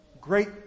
great